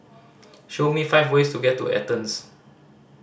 show me five ways to get to Athens